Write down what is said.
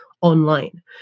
online